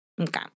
Okay